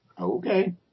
Okay